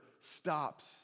stops